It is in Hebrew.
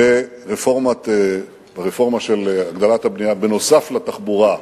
ברפורמה של הגדלת הבנייה, בנוסף לתחבורה.